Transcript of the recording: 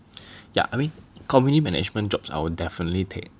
ya I mean community management jobs I will definitely take